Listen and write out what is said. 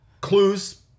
Clues